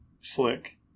slick